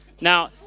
now